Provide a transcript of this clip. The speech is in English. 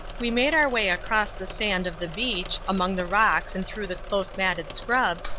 we made our way across the sand of the beach, among the rocks and through the close matted scrub,